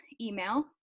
email